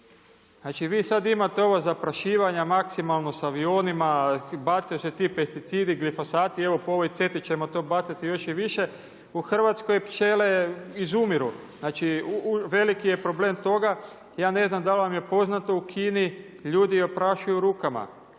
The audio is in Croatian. Znači vi sada imate ova zaprašivanja maksimalno sa avionima, bacaju se ti pesticidi, glifasati evo po ovoj … ćemo to bacati još i više u Hrvatskoj pčele izumiru, znači veliki je problem toga. Ja ne znam dal vam je poznato u Kini ljudi oprašuju rukama